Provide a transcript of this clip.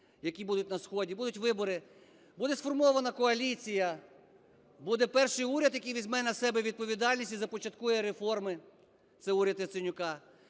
які будуть на сході, будуть вибори, буде сформована коаліція, буде перший уряд, який візьме на себе відповідальність і започаткує реформи, це уряд Яценюка.